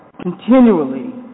continually